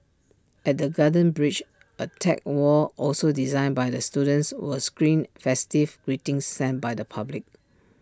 at the garden bridge A tech wall also designed by the students will screen festive greetings sent by the public